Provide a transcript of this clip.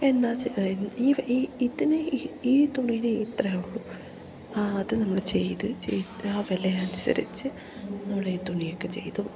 എന്താണെന്ന് വെച്ചാൽ ഈ ഇതിനെ ഈ തുണീന് ഇത്രയും ഉള്ളൂ ആ അത് നമ്മള് ചെയ്ത് ചെയ്ത് ആ വില അനുസരിച്ച് നമ്മൾ ഈ തുണിയൊക്കെ ചെയ്തു